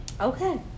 Okay